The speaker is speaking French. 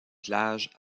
plage